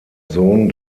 sohn